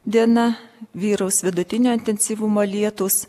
diena vyraus vidutinio intensyvumo lietūs